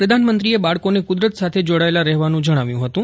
પ્રધાનમંત્રીએ બાળકોને કુદરત સાથે જોડાયેલાં રહેવાનું જણાવ્યું હતું